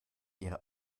ihre